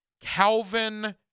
Calvin